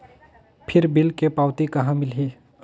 फिर बिल के पावती कहा मिलही?